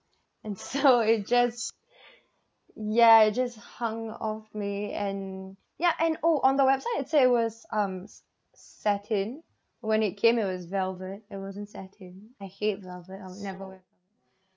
and so it just yeah it just hung off me and yeah and oh on the website it said it was um satin when it came it was velvet it wasn't satin I hate velvet I'll never wear